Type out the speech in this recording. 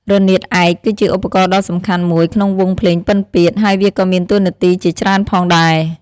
រនាតឯក គឺជាឧបករណ៍ដ៏សំខាន់មួយក្នុងវង់ភ្លេងពិណពាទ្យ ហើយវាក៏មានតួនាទីជាច្រើនផងដែរ។